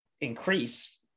increase